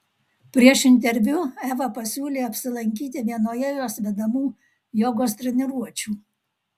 prieš interviu eva pasiūlė apsilankyti vienoje jos vedamų jogos treniruočių